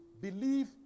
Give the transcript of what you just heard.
believe